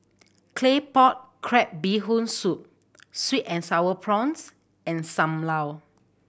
Claypot Crab Bee Hoon Soup sweet and Sour Prawns and Sam Lau